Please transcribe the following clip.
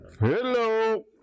Hello